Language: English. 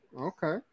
Okay